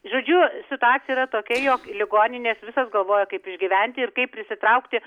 žodžiu situacija yra tokia jog ligoninės visos galvoja kaip išgyventi ir kaip prisitraukti